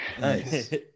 Nice